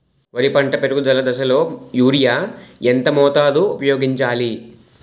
వరి పంట పెరుగుదల దశలో యూరియా ఎంత మోతాదు ఊపయోగించాలి?